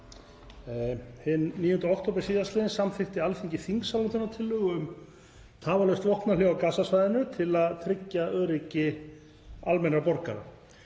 Hinn 9. október síðastliðinn samþykkti Alþingi þingsályktunartillögu um tafarlaust vopnahlé á Gaza-svæðinu til að tryggja öryggi almennra borgara.